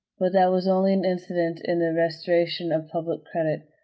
but that was only an incident in the restoration of public credit.